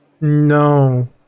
No